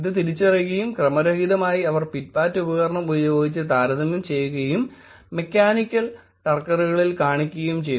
ഇത് തിരിച്ചറിയുകയും ക്രമരഹിതമായി അവർ പിറ്റ്പാറ്റ് ഉപകരണം ഉപയോഗിച്ച് താരതമ്യം ചെയ്യുകയും മെക്കാനിക്കൽ ടർക്കറുകളിൽ കാണിക്കുകയും ചെയ്തു